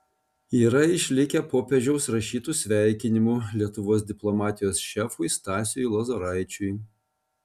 yra išlikę popiežiaus rašytų sveikinimų lietuvos diplomatijos šefui stasiui lozoraičiui